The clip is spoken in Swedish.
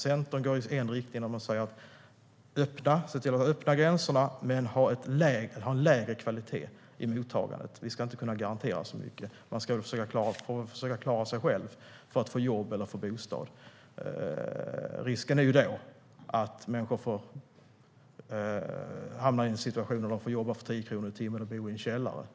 Centern går i en riktning och säger att vi ska öppna gränserna men ha en lägre kvalitet i mottagandet. De menar att vi inte ska garantera så mycket, utan man ska försöka klara sig själv för att få jobb och bostad. Risken med den nyliberala modellen är att människor hamnar i en situation där de får jobba för 10 kronor i timmen och bo i en källare.